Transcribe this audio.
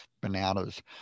bananas